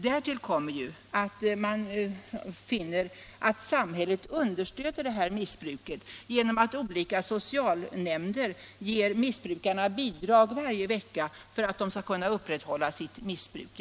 Därtill finner man att samhället understödjer knarkmissbruket genom att olika sociala nämnder ger missbrukarna bidrag varje vecka för att de skall kunna upprätthålla sitt missbruk.